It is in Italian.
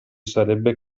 sarebbe